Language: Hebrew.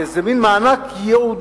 כאיזה מין מענק ייעודי,